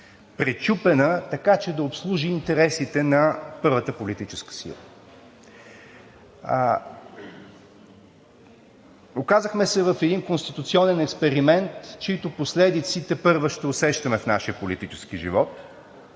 пречупена, така че да обслужи интересите на първата политическа сила. Оказахме се в един конституционен експеримент, чиито последици тепърва ще усещаме в нашия политически живот.